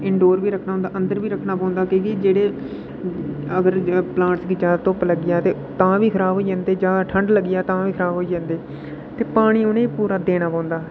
indoor बी रक्खना होंदा अंदर बी रक्खना पौंदा कि जे जेह्ड़े अगर प्लांटस गी जैदा धुप्प लग्गी जा तां बी खराब होई जंदे जैदा ठंड लग्गी जा तां बी खराब होई जंदे ते पानी उ'नें ई पूरा देना पौंदा